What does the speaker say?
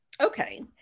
Okay